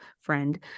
friend